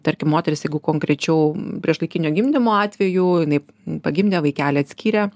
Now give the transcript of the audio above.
tarkim moteris jeigu konkrečiau priešlaikinio gimdymo atveju jinai pagimdė vaikelį atskyrė